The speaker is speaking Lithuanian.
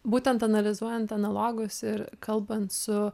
būtent analizuojant analogus ir kalbant su